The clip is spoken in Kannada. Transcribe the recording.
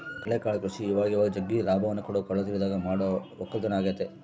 ಕಡಲಕಳೆ ಕೃಷಿ ಇವಇವಾಗ ಜಗ್ಗಿ ಲಾಭವನ್ನ ಕೊಡೊ ಕಡಲತೀರದಗ ಮಾಡೊ ವಕ್ಕಲತನ ಆಗೆತೆ